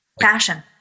fashion